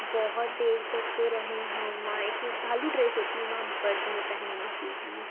बहुत देर तक रहे हम वहाँ एक भालू ड्रेस होती है वहाँ बर्फ़ में पहनने के लिए